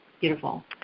Beautiful